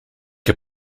heb